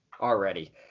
already